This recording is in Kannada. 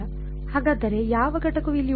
ಹಾಗಾದರೆ ಯಾವ ಘಟಕವು ಇಲ್ಲಿ ಉಳಿಯುತ್ತದೆ